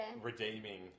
redeeming